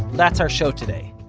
that's our show today.